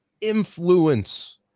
influence